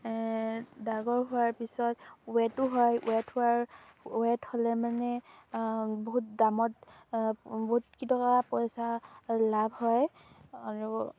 ডাঙৰ হোৱাৰ পিছত ৱেটো হয় ৱেট হোৱাৰ ৱেট হ'লে মানে বহুত দামত বহুতকেইটকা পইচা লাভ হয় আৰু